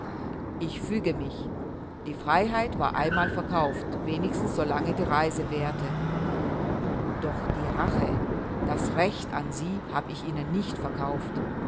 ich fügte mich die freiheit war einmal verkauft wenigstens so lange die reise währte doch die rache das recht an sie hab ich ihnen nicht verkauft